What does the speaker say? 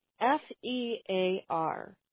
F-E-A-R